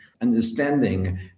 Understanding